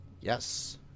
Yes